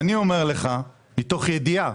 אני אומר לך מתוך ידיעה